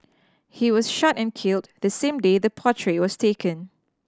he was shot and killed the same day the portrait was taken